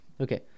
Okay